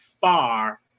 far